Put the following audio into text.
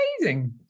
amazing